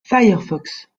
firefox